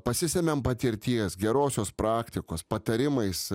pasisemiam patirties gerosios praktikos patarimais